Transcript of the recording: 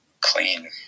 clean